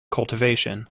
cultivation